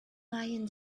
lying